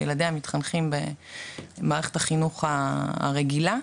ילדיה מתחנכים במערכת החינוך הרגילה.